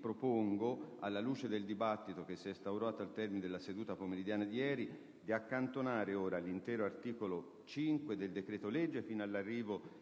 propongo quindi, alla luce del dibattito che si è instaurato al termine della seduta pomeridiana di ieri, di accantonare l'intero articolo 5 del decreto-legge fino all'arrivo